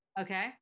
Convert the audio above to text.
Okay